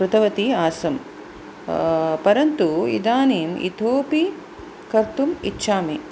कृतवती आसम् परन्तु इदानीम् इतोपि कर्तुम् इच्छामि